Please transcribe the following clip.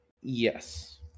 Yes